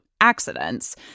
accidents